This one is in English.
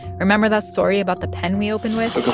remember that story about the pen we opened with?